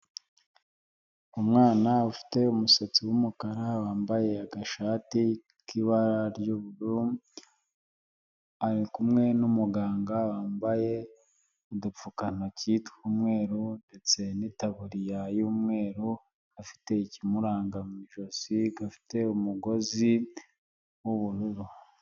Umwana ufite umusatsi w'umukara wambaye agashati k'ibara ry'uburu, ari kumwe n'umuganga wambaye udupfukantoki tw'umweru ndetse n'itaburiya y'umweru afite ikimuranga mujosi, gafite umugozi w'ubururu.